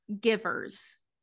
givers